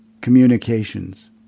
communications